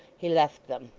he left them.